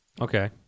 Okay